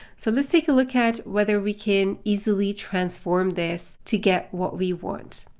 so let's take a look at whether we can easily transform this to get what we want.